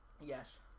Yes